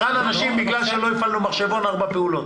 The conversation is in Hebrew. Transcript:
זה רע לנשים כי לא הפעלנו מחשבון ארבע פעולות.